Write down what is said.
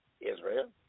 Israel